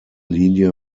linie